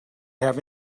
have